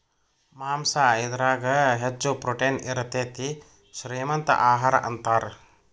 ಮಾಂಸಾ ಇದರಾಗ ಹೆಚ್ಚ ಪ್ರೋಟೇನ್ ಇರತತಿ, ಶ್ರೇ ಮಂತ ಆಹಾರಾ ಅಂತಾರ